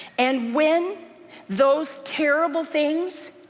and when those terrible things,